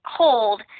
hold